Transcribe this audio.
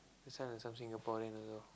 sound like some Singaporean also